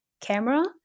camera